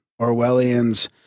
Orwellian's